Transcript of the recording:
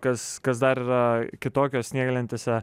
kas kas dar yra kitokio snieglentėse